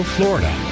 Florida